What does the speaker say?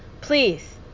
Please